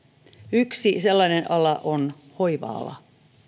yksi sellainen ala on hoiva ala